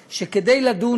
שלו,